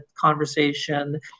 conversation